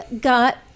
got